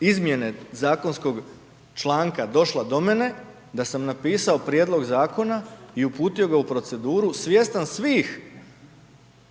izmjene zakonskog članaka došla do mene, da sam napisao prijedlog zakona i uputio ga u proceduru svjestan svih